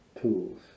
tools